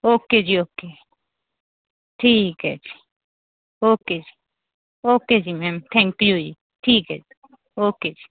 okay ji okay ਠੀਕ ਹੈ ji okay ji okay ji ma'am thank you ji ਠੀਕ ਹੈ ਓਕੇ ਜੀ